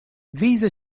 visa